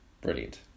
Brilliant